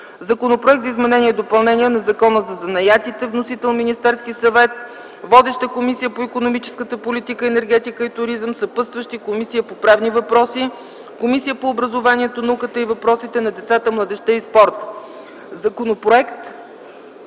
Законопроект за изменение и допълнение на Закона за занаятите – вносител е Министерският съвет. Водеща е Комисията по икономическата политика, енергетика и туризъм, съпътстващи са Комисията по правни въпроси, Комисията по образованието, науката и въпросите на децата, младежта и спорта. Законопроект